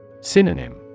Synonym